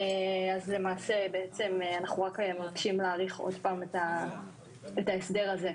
למעשה בעצם אנחנו רק מבקשים להאריך עוד פעם את ההסדר הזה.